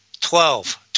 twelve